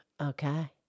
Okay